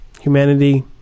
Humanity